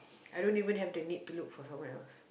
I don't even have the need to look for someone else